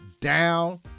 down